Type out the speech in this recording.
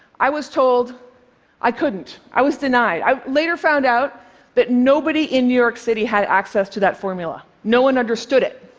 i was told i couldn't. i was denied. i later found out that nobody in new york city had access to that formula. no one understood it.